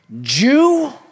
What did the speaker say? Jew